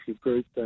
group